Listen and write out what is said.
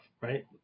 right